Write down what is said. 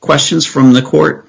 questions from the court